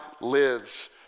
lives